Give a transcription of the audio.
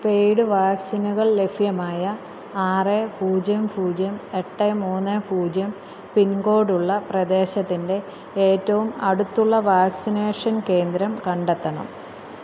paid വാക്സിനുകൾ ലഭ്യമായ ആറ് പൂജ്യം പൂജ്യം എട്ട് മൂന്ന് പൂജ്യം പിൻകോഡ് ഉള്ള പ്രദേശത്തിൻ്റെ ഏറ്റവും അടുത്തുള്ള വാക്സിനേഷൻ കേന്ദ്രം കണ്ടെത്തണം